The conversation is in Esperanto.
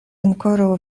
ankoraŭ